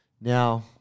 Now